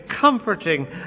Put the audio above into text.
comforting